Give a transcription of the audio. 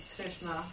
Krishna